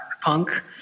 punk